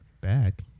Back